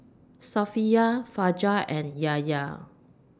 Safiya Fajar and Yahya